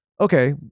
okay